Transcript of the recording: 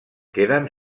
queden